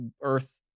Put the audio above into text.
earth